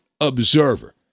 observer